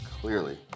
clearly